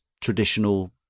traditional